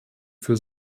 für